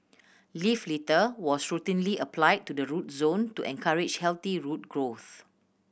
leaf litter was routinely applied to the root zone to encourage healthy root growth